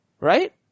Right